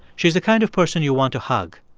she's the kind of person you want to hug.